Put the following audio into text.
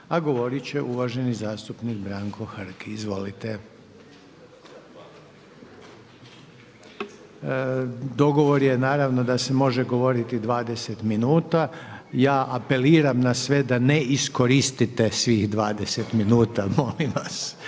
a govorit će uvaženi zastupnik Branko Hrg. Izvolite. Dogovor je naravno da se može govoriti 20 minuta. Ja apeliram na sve da ne iskoristite svih 20 minuta. Molim vas.